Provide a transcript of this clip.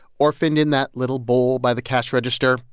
orphaned in that little bowl by the cash register,